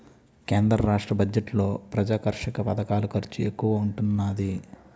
కేంద్ర రాష్ట్ర బడ్జెట్లలో ప్రజాకర్షక పధకాల ఖర్చు ఎక్కువగా ఉంటున్నాది